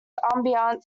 ambient